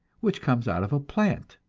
which comes out of a plant,